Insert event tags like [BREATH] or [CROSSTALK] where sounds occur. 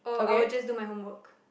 okay [BREATH]